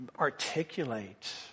articulate